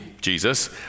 Jesus